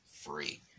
free